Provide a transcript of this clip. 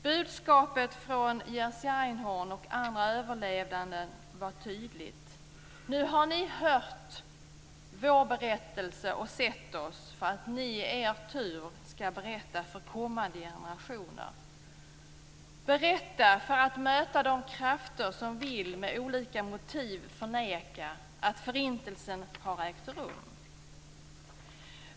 Budskapet från Jerzy Einhorn och andra överlevande var tydligt: Nu har ni hört vår berättelse och sett oss för att ni i er tur skall berätta för kommande generationer, berätta för att möta krafter som vill, med olika motiv, förneka att Förintelsen har ägt rum.